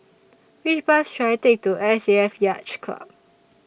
Which Bus should I Take to S A F Yacht Club